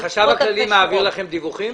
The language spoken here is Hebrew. החשב הכללי מעביר לכם דיווחים?